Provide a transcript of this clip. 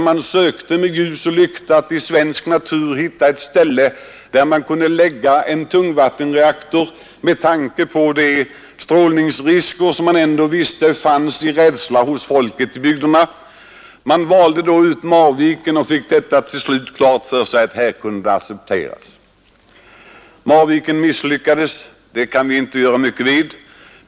Man sökte med ljus och lykta för att i svensk natur hitta ett ställe, där man kunde lägga en tungvattenreaktor med tanke på den rädsla för strålningsrisker som man ändå visste fanns hos folket i bygderna, Man valde då Marviken och fick till slut klart för sig att den platsen kunde accepteras. Marviken misslyckades. Det kan vi inte göra mycket åt.